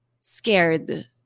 scared